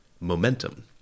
Momentum